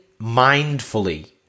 mindfully